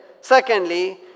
Secondly